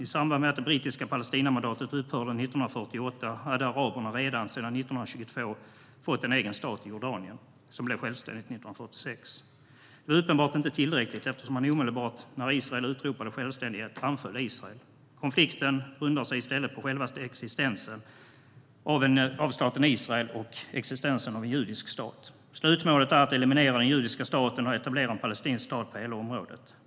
I samband med att det brittiska Palestinamandatet upphörde 1948 hade araberna redan, 1922, fått en egen stat i Jordanien som blev självständigt 1946. Det var uppenbart inte tillräckligt eftersom man omedelbart när Israel utropade självständighet anföll Israel. Konflikten grundar sig i stället på självaste existensen av staten Israel och existensen av en judisk stat. Slutmålet är att eliminera den judiska staten och etablera en palestinsk stat på hela området.